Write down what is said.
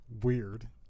Weird